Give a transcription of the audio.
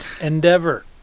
endeavor